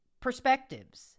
perspectives